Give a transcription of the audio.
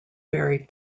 very